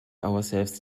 ourselves